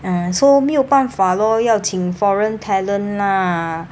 mm so 没有办法 lor 要请 foreign talent lah